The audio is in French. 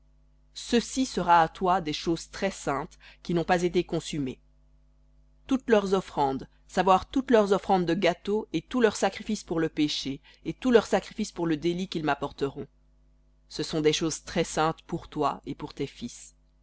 ceci sera à toi des choses très saintes qui n'ont pas été consumées toutes leurs offrandes savoir toutes leurs offrandes de gâteau et tous leurs sacrifices pour le péché et tous leurs sacrifices pour le délit qu'ils m'apporteront ce sont des choses très saintes pour toi et pour tes fils